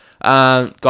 Guys